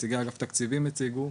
שנציגי אגף התקציבים הציגו,